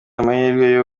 amahirwe